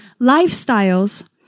lifestyles